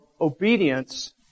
obedience